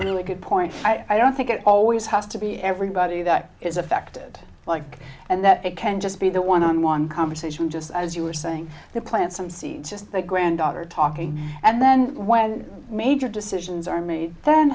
really good point i don't think it always has to be everybody that is affected like and that it can just be the one on one conversation just as you were saying the plant some seeds just a granddaughter talking and then when major decisions are made then